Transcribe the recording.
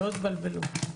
שלא תתבלבלו.